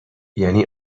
یعنی